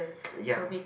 ya